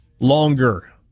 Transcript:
Longer